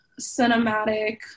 cinematic